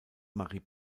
marie